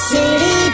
City